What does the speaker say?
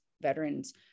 veterans